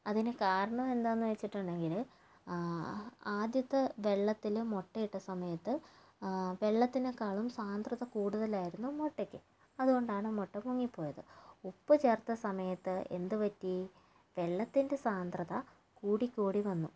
അതിന് കാരണം എന്താണെന്ന് വെച്ചിട്ടുണ്ടെങ്കിൽ ആദ്യത്തെ വെള്ളത്തിൽ മുട്ട ഇട്ട സമയത്ത് വെള്ളത്തിനെക്കാളും സാന്ദ്രത കൂടുതലായിരുന്നു മുട്ടയ്ക്ക് അതുകൊണ്ടാണ് മുട്ട പൊങ്ങി പോയത് ഉപ്പു ചേർത്ത സമയത്ത് എന്തുപറ്റി വെള്ളത്തിൻ്റെ സാന്ദ്രത കൂടി കൂടി വന്നു